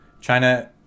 china